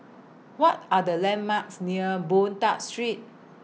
What Are The landmarks near Boon Tat Street